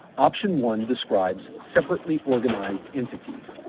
option one describes separately organized entities.